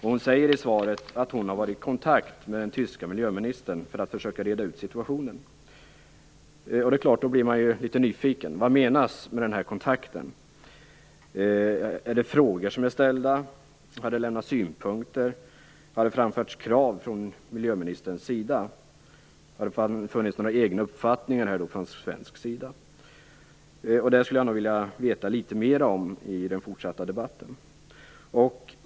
Hon säger i svaret att hon har varit i kontakt med den tyska miljöministern för att försöka reda ut situationen. Då blir man ju litet nyfiken. Vad menas med den här kontakten? Är det frågor som är ställda? Har det lämnats synpunkter? Har det framförts krav från miljöministern? Har det funnits någon egen uppfattning från svensk sida? Detta skulle jag vilja veta litet mer om i den fortsatta debatten.